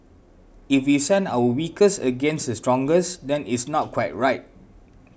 if we send our weakest against the strongest then it's not quite right